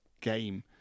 game